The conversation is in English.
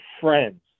friends